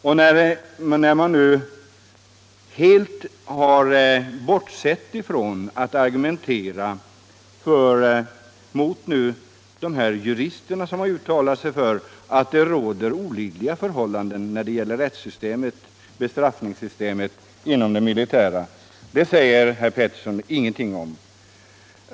Att utskottet helt har avstått från att argumentera mot de jurister som har uttalat sig om att det råder olidliga förhållanden när det gäller rättssystemet och bestraffningssystemet inom det militära området säger herr Petersson ingenting om.